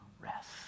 rest